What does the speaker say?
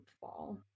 fall